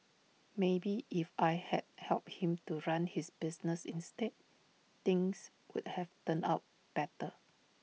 maybe if I had helped him to run his business instead things would have turned out better